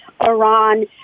Iran